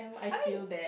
I mean